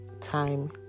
time